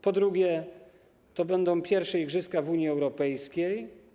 Po drugie, to będą pierwsze igrzyska w Unii Europejskiej.